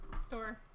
store